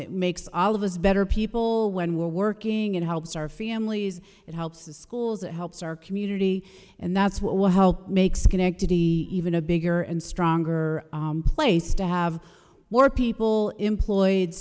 makes all of us better people when we're working it helps our families it helps the schools it helps our community and that's what will help make schenectady even a bigger and stronger place to have war people employed